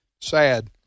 sad